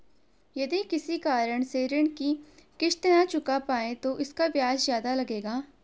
यदि किसी कारण से ऋण की किश्त न चुका पाये तो इसका ब्याज ज़्यादा लगेगा?